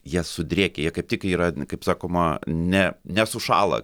jie sudrėkę jie kaip tik yra kaip sakoma ne nesušąla